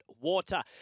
water